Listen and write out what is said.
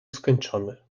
skończony